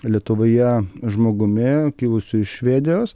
lietuvoje žmogumi kilusiu iš švedijos